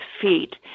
feet